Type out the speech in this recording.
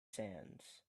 sands